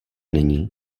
není